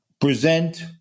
present